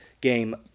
game